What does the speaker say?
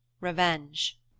revenge